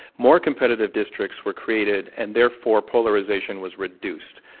more competitive districts were created, and therefore polarization was reduced.